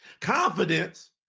Confidence